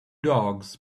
dogs